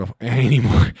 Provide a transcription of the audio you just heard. anymore